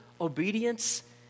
obedience